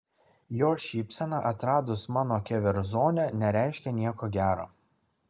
jo šypsena atradus mano keverzonę nereiškė nieko gero